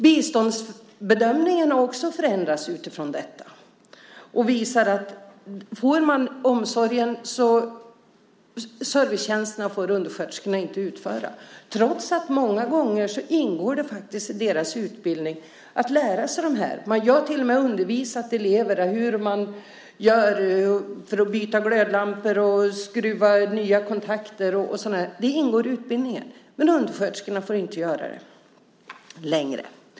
Biståndsbedömningarna har också förändrats utifrån detta och visar att får man omsorgen får undersköterskorna inte utföra servicetjänsterna, trots att det många gånger ingår i deras utbildning att lära sig detta. Jag har till och med undervisat elever hur man gör för att byta glödlampor och skruva nya kontakter. Det ingår i utbildningen. Men undersköterskorna får inte göra det längre.